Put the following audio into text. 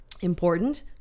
important